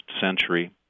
century